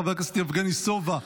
חבר הכנסת יבגני סובה,